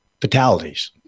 fatalities